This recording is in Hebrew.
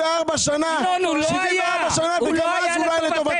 74 שנה לא היה לטובתנו.